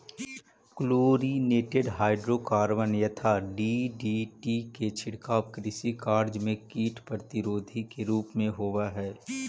chlorinated hydrocarbon यथा DDT के छिड़काव कृषि कार्य में कीट प्रतिरोधी के रूप में होवऽ हई